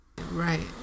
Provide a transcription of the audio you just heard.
Right